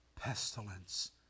Pestilence